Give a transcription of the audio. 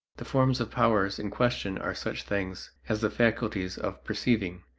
the forms of powers in question are such things as the faculties of perceiving,